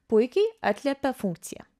puikiai atliepia funkciją